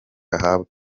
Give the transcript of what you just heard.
ahabwa